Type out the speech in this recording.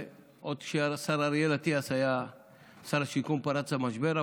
עוד כשהשר אריאל אטיאס היה שר השיכון פרץ המשבר.